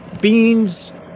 Beans